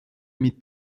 mit